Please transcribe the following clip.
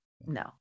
no